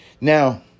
Now